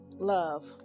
Love